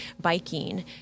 biking